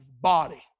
body